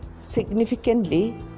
significantly